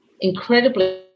incredibly